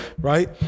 Right